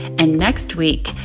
and next week,